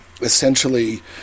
essentially